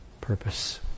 purpose